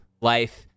life